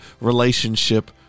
relationship